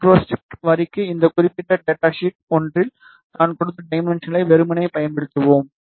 microstrip வரிக்கு இந்த குறிப்பிட்ட டேட்டா ஷீட் ஒன்றில் நான் கொடுத்த டைமென்ஷன்களை வெறுமனே பயன்படுத்துவோம்